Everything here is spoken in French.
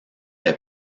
est